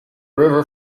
river